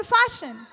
fashion